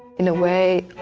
in a way,